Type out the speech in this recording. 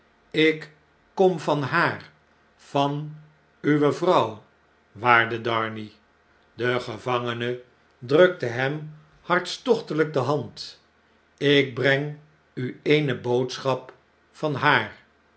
ik kom van haar van uwe vrouw waarde darnay de gevangene drukte hem hartstochteujk de hand ik breng u eene boodschap van haar